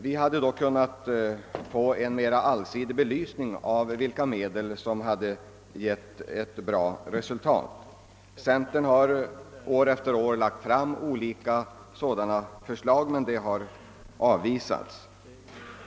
Vi hade då fått en mera allsidig belysning av vilka medel som givit goda resultat. Centern har år efter år lagt fram förslag härom, vilka emellertid har av visats.